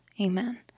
Amen